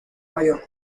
mayor